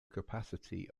capacity